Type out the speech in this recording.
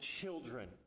children